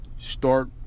start